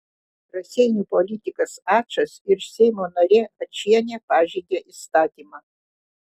raseinių politikas ačas ir seimo narė ačienė pažeidė įstatymą